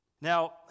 Now